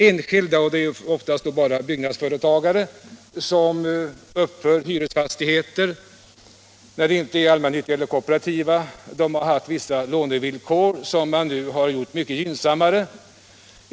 Enskilda — och det är oftast då bara byggnadsföretagare som uppför hyresfastigheter, när det inte är allmännyttiga eller kooperativa företag — har haft vissa lånevillkor, som man nu gjort mycket gynnsammare.